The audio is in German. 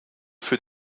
für